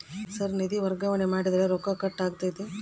Sir ನಿಧಿ ವರ್ಗಾವಣೆ ಮಾಡಿದರೆ ರೊಕ್ಕ ಕಟ್ ಆಗುತ್ತದೆಯೆ?